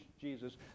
Jesus